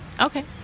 Okay